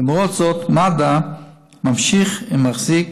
למרות זאת, מד"א ממשיך ומחזיק